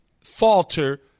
falter